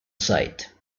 site